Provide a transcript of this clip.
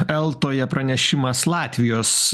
eltoje pranešimas latvijos